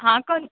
हा करू